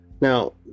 Now